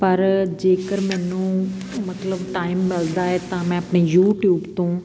ਪਰ ਜੇਕਰ ਮੈਨੂੰ ਮਤਲਬ ਟਾਈਮ ਮਿਲਦਾ ਹੈ ਤਾਂ ਮੈਂ ਅਪਣੇ ਯੂਟਿਊਬ ਤੋਂ